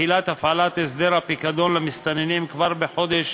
לתחילת הפעלת הסדר הפיקדון למסתננים כבר בחודש